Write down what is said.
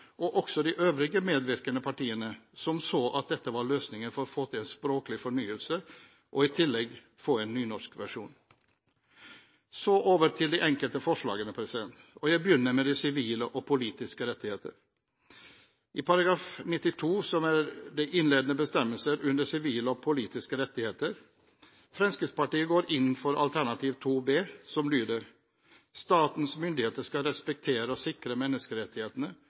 og også de øvrige medvirkende partiene som så at dette var løsningen for å få til en språklig fornyelse og i tillegg få en nynorskversjon. Så over til de enkelte forslagene, og jeg begynner med de sivile og politiske rettigheter. § 92, innledende bestemmelser under sivile og politiske rettigheter: Fremskrittspartiet går inn for Alternativ 2 B, som lyder: «Statens myndigheter skal respektere og sikre menneskerettighetene